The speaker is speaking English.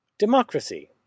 Democracy